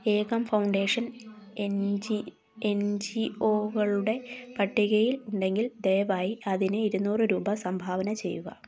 ഏകം foundation എൻജിഓകളുടെ പട്ടികയിൽ ഉണ്ടെങ്കിൽ ദയവായി അതിന് ഇരുന്നൂറുരൂപ സംഭാവന ചെയ്യുക